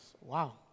Wow